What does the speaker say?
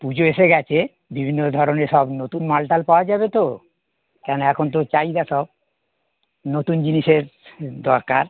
পুজো এসে গেছে বিভিন্ন ধরনের সব নতুন মাল টাল পাওয়া যাবে তো কেন এখন তো চাহিদা সব নতুন জিনিসের দরকার